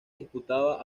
disputaba